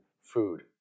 food